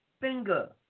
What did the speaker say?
finger